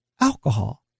alcohol